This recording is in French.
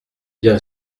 bien